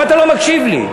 למה אתה לא מקשיב לי?